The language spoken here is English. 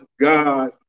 God